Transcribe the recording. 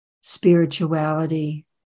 spirituality